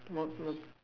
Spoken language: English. not good